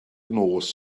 nos